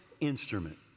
instrument